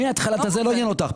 מהתחלת הזה לא עניין אותך,